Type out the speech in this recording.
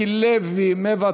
מיקי לוי,